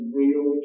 real